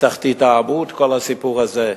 בתחתית העמוד, כל הסיפור הזה.